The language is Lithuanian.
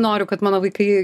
noriu kad mano vaikai